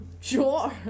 Sure